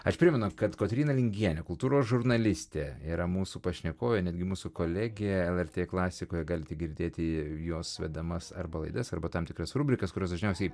aš primenu kad kotryna lingienė kultūros žurnalistė yra mūsų pašnekovė netgi mūsų kolegė lrt klasikoje galite girdėti jos vedamas arba laidas arba tam tikras rubrikas kurios dažniausiai